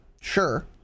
Sure